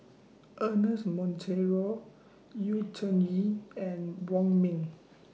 Ernest Monteiro Yu Zhuye and Wong Ming